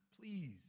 please